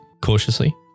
Cautiously